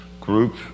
group